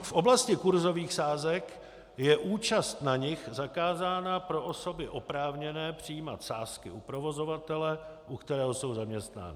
V oblasti kursových sázek je účast na nich zakázána pro osoby oprávněné přijímat sázky u provozovatele, u kterého jsou zaměstnány.